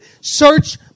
Search